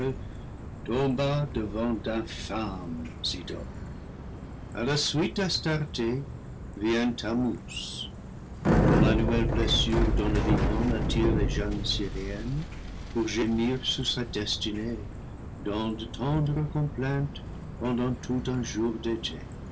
a la suite d'astarté vient thammuz dont l'annuelle blessure dans le liban attire les jeunes syriennes pour gémir sur sa destinée dans de tendres complaintes pendant tout un jour d'été